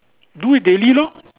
do it daily lor